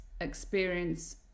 experience